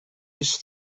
his